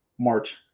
March